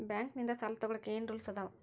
Bank ನಿಂದ್ ಸಾಲ ತೊಗೋಳಕ್ಕೆ ಏನ್ ರೂಲ್ಸ್ ಅದಾವ?